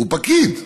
הוא פקיד,